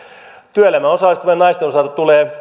työelämään osallistuvien naisten asema tulee